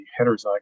heterozygous